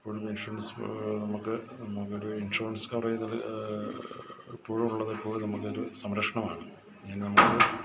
ഇപ്പോൾ ഒരു ഇൻഷുറൻസ് നമുക്ക് നമുക്കൊരു ഇൻഷുറൻസ് കവറേജ് എപ്പോഴും ഉള്ളതെപ്പോഴും നമുക്കൊരു സംരക്ഷണമാണ് അല്ലേ നമുക്ക്